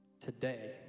today